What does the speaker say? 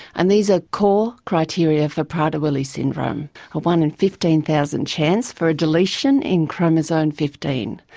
and these are core criteria for prader-willi syndrome, a one in fifteen thousand chance for a deletion in chromosome fifteen,